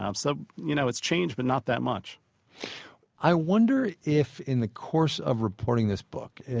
um so you know it's changed, but not that much i wonder if in the course of reporting this book,